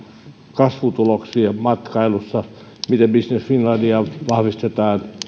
kasvutuloksia matkailussa miten business finlandia vahvistetaan